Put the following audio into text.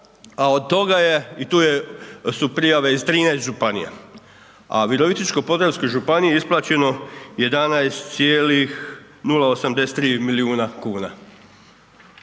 i od toga je i tu su prijave iz 13 županija. A Virovitičko-podravskoj županiji je isplaćeno 11,083 milijuna kuna.